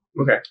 Okay